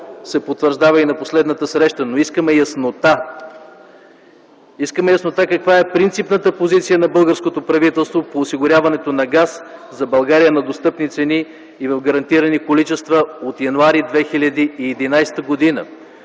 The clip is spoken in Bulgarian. се потвърждава и на последната среща. Но искаме яснота – искаме яснота каква е принципната позиция на българското правителство по осигуряването на газ за България на достъпни цени и на гарантирани количества от м. януари 2011 г.